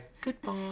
goodbye